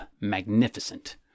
Magnificent